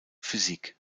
physik